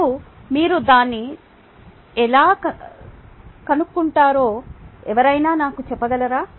మరియు మీరు దాని ఎలా కన్నుకుంటారో ఎవరైనా నాకు చెప్పగలరా